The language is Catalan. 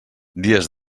dies